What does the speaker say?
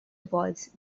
avoids